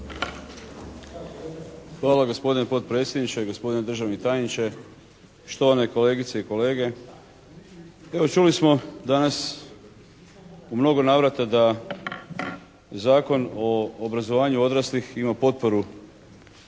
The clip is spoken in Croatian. Hvala gospodine potpredsjedniče, gospodine državni tajniče, štovane kolegice i kolege. Evo čuli smo danas u mnogo navrata da Zakon o obrazovanju odraslih ima potporu